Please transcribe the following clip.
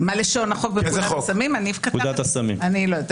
לא יודעת.